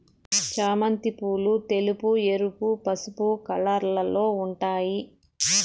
చామంతి పూలు తెలుపు, ఎరుపు, పసుపు కలర్లలో ఉంటాయి